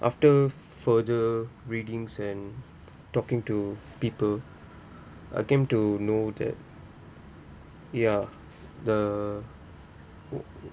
after further readings and talking to people I came to know that ya the